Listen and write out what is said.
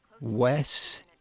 Wes